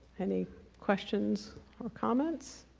any questions or comments?